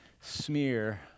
smear